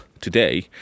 today